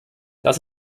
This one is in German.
das